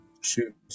Shoot